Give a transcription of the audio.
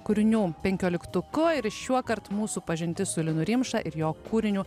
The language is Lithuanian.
kūrinių penkioliktuku ir šiuokart mūsų pažintis su linu rimša ir jo kūriniu